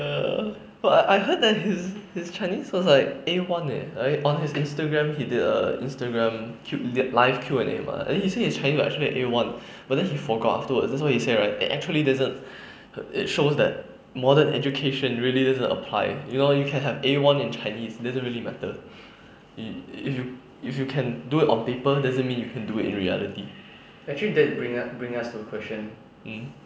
but I heard that his his chinese was like a one eh on his instagram he did a instagram Q live Q and a mah then he say his chinese is actually a one but then he forget afterwards that's why he say right actually there's a it shows that modern education really didn't apply you know you can have a one in chinese doesn't really matter you if you if you can do it on paper doesn't mean you can do it in reality mm